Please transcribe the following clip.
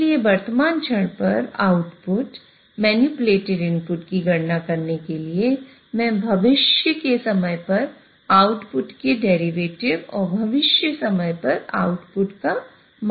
तो यह u की गणना करने के लिए मैं भविष्य समय पर आउटपुट के डेरिवेटिव और भविष्य समय पर आउटपुट का मान भी चाहता हूं